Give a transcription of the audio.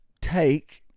take